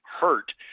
hurt